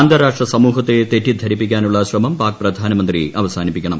അന്താരാഷ്ട്ര സമൂഹത്തെ തെറ്റിധരിപ്പിക്കാനുള്ള ശ്രമം പാക് പ്രധാനമന്ത്രി അവസാനിപ്പിക്കണം